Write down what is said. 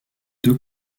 deux